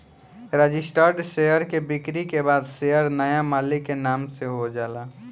registered share के बिक्री के बाद शेयर नाया मालिक के नाम से हो जाला